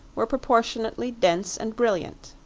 were proportionately dense and brilliant.